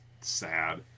sad